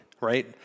right